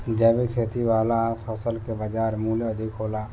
जैविक खेती वाला फसल के बाजार मूल्य अधिक होला